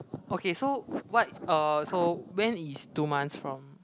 okay so what uh so when is two months from